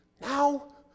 Now